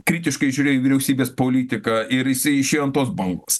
kritiškai žiūrėjo į vyriausybės politiką ir jisai išėjo ant bangos